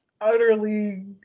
utterly